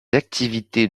activités